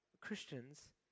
Christians